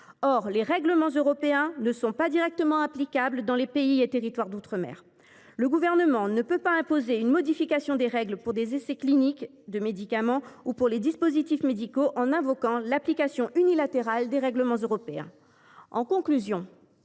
Or les règlements européens ne sont pas directement applicables dans les pays et territoires d’outre mer. Le Gouvernement ne peut donc pas imposer une modification des règles pour les essais cliniques de médicaments ou pour les dispositifs médicaux en invoquant l’application unilatérale des règlements européens. En conclusion,